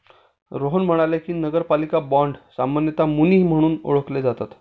रोहन म्हणाले की, नगरपालिका बाँड सामान्यतः मुनी म्हणून ओळखले जातात